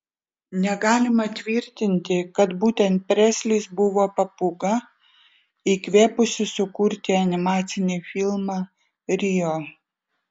negalima tvirtinti kad būtent preslis buvo papūga įkvėpusi sukurti animacinį filmą rio